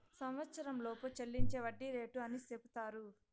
సంవచ్చరంలోపు చెల్లించే వడ్డీ రేటు అని సెపుతారు